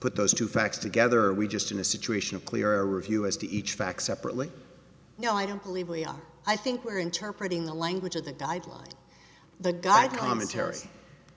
put those two facts together we just in a situation of clearer view as to each fact separately no i don't believe we are i think we're interpret in the language of the guidelines the guide commentary